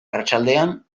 arratsaldetan